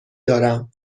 دارم